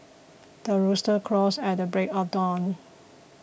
the rooster crows at the break of dawn